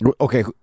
Okay